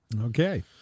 okay